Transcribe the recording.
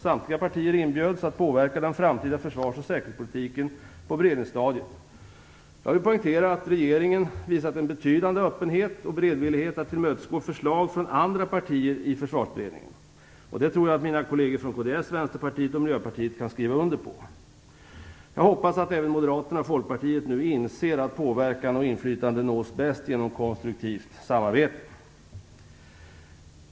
Samtliga partier inbjöds att påverka den framtida försvars och säkerhetspolitiken på beredningsstadiet. Jag vill poängtera att regeringen har visat en betydande öppenhet och beredvillighet att tillmötesgå förslag från andra partier i Försvarsberedningen. Det tror jag att mina kolleger från kds, Vänsterpartiet och Miljöpartiet kan skriva under på. Jag hoppas att även Moderaterna och Folkpartiet nu inser påverkan och inflytande nås bäst genom konstruktivt samarbete.